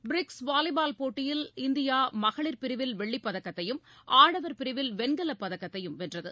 BRICS volleyball போட்டியில் இந்தியாமகளிர் பிரிவில் வெள்ளிப் பதக்கத்தையும் ஆடவர் பிரிவில் வெண்கலப் பதக்கத்தையும் வென்றது